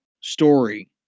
story